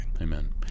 Amen